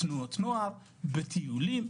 בתנועות נוער, בטיולים?